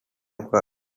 occur